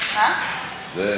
לא,